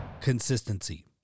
consistency